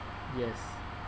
yes